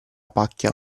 pacchia